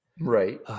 right